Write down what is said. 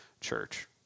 Church